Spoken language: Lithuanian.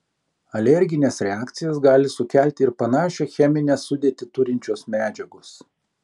alergines reakcijas gali sukelti ir panašią cheminę sudėtį turinčios medžiagos